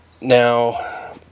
Now